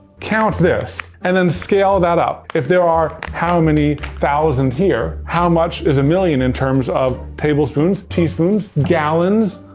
count this, and then scale that up. if there are how many thousand here, how much is a million in terms of tablespoons, teaspoons, gallons,